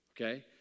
Okay